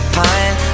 pine